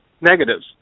negatives